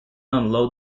unload